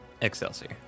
Excelsior